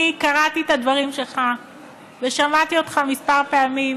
אני קראתי את הדברים שלך ושמעתי אותך כמה פעמים,